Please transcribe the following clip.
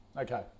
Okay